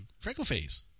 Freckleface